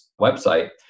website